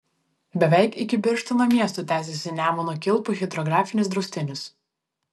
beveik iki birštono miesto tęsiasi nemuno kilpų hidrografinis draustinis